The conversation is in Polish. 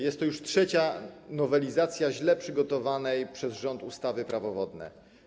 Jest to już trzecia nowelizacja źle przygotowanej przez rząd ustawy Prawo wodne.